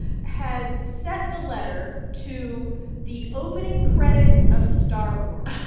has set the letter to the opening credits of star wars.